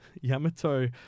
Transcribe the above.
Yamato